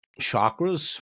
chakras